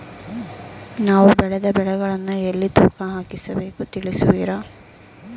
ನಾವು ಬೆಳೆದ ಬೆಳೆಗಳನ್ನು ಎಲ್ಲಿ ತೂಕ ಹಾಕಿಸಬೇಕು ತಿಳಿಸುವಿರಾ?